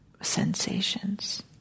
sensations